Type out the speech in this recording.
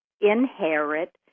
inherit